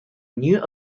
new